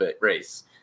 race